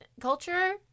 culture